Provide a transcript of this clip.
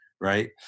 right